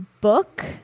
book